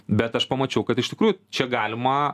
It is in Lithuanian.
bet aš pamačiau kad iš tikrųjų čia galima